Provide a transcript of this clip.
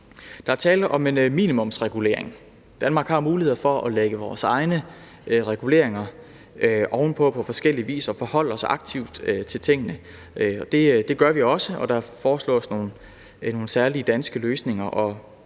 Der er tale om en minimumsregulering. Danmark har mulighed for at lægge vores egne reguleringer ovenpå og på forskellig vis forholde os aktivt til tingene, og det gør vi også. Der foreslås nogle særlige danske løsninger, og